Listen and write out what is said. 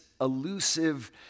elusive